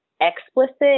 explicit